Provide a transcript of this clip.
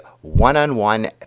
one-on-one